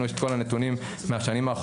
לנו יש את כל הנתונים בשנים האחרונות.